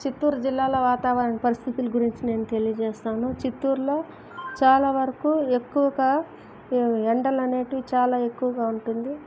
చిత్తూరు జిల్లాలో వాతావరణ పరిస్థితుల గురించి నేను తెలియజేస్తాను చిత్తూరులో చాలావరకు ఎక్కువగా ఎండలు అనేటివి చాలా ఎక్కువగా ఉంటుంది